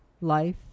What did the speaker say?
life